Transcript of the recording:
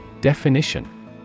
Definition